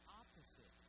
opposite